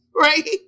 right